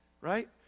right